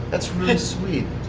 that's really sweet.